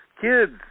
kids